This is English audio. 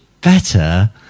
better